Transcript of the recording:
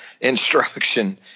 instruction